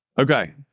Okay